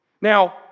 Now